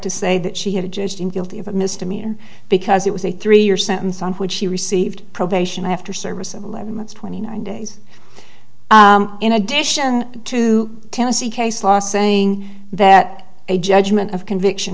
to say that she had just been guilty of a misdemeanor because it was a three year sentence on which she received probation after service eleven months twenty nine days in addition to tennessee case law saying that a judgment of conviction